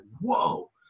whoa